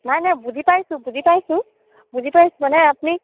নাই নাই বুজি পাইছোঁ বুজি পাইছোঁ বুজি পাইছোঁ মানে আপুনি